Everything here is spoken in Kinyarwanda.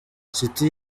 city